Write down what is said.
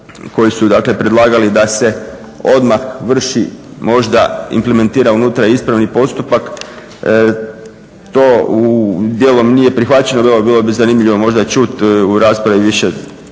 koji su dakle predlagali da se odmah vrši možda implementira unutra ispravni postupak. To dijelom nije prihvaćeno jer evo bilo bi zanimljivo možda čuti u raspravi više